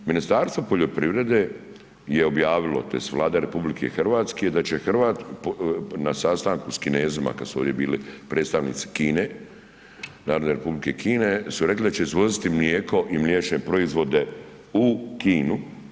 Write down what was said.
Ministarstvo poljoprivrede je objavilo, tj. Vlada RH da će na sastanku s Kinezima kad su ovdje bili predstavnici Kine, Narodne Republike Kine su rekli da će izvoziti mlijeko i mliječne proizvode u Kinu.